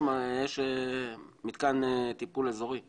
יש מתקן טיפול אזורי רציני.